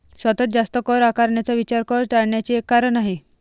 सतत जास्त कर आकारण्याचा विचार कर टाळण्याचे एक कारण आहे